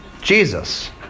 Jesus